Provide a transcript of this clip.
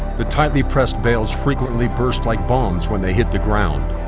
the tightly pressed bales frequently burst like bombs when they hit the ground.